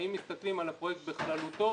האם מסתכלים על הפרויקט בכללותו,